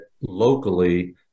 locally